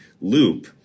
loop